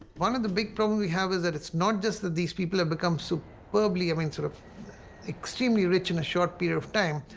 one of the big problem we have is that it's not just that these people have become so superbly, i mean sort of extremely rich in a short period of time,